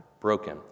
broken